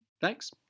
thanks